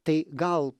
tai gal